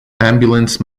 ambulance